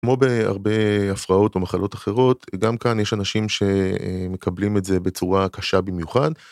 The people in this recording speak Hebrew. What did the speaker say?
כמו בהרבה הפרעות או מחלות אחרות, גם כאן יש אנשים שמקבלים את זה בצורה קשה במיוחד.